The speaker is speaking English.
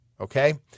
Okay